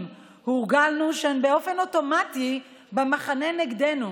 הורגלנו שהן באופן אוטומטי במחנה נגדנו